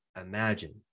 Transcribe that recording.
imagine